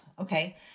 okay